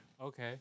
Okay